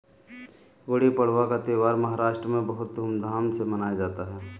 गुड़ी पड़वा का त्यौहार महाराष्ट्र में बहुत धूमधाम से मनाया जाता है